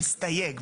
מסתייג.